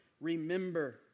remember